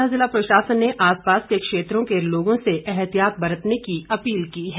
कांगड़ा जिला प्रशासन ने आस पास के क्षेत्रों के लोगों से एहतियात बरतने की अपील की है